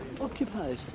occupied